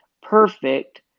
perfect